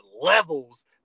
levels